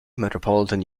metropolitan